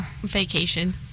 vacation